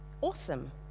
Awesome